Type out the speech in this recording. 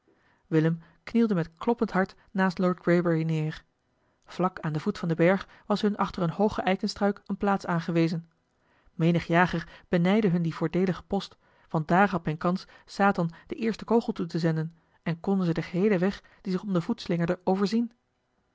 willem knielde met kloppend hart naast lord greybury neer vlak aan den voet van den berg was hun achter eene hooge eikenstruik eene plaats aangewezen menig jager benijdde hun dien voordeeligen post want daar had men kans satan den eersten kogel toe te zenden en konden ze den geheelen weg die zich om den voet slingerde overzien